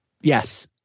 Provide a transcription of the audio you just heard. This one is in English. Yes